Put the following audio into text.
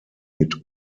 mit